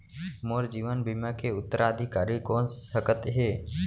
मोर जीवन बीमा के उत्तराधिकारी कोन सकत हे?